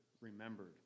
remembered